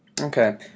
Okay